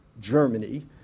Germany